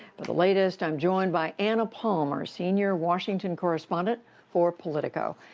but the latest, i'm joined by anna palmer, senior washington correspondent for politico.